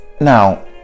Now